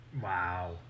Wow